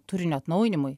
turinio atnaujinimui